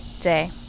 day